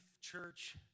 church